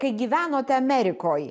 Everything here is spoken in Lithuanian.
kai gyvenote amerikoj